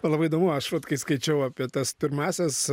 labai įdomu aš vat kai skaičiau apie tas pirmąsias